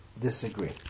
disagree